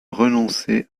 renoncé